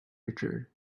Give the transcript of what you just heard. richard